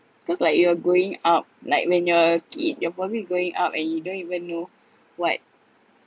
cause like you are growing up like when you're kid you're probably growing up and you don't even know what